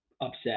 upset